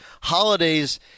holidays